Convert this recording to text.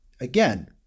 again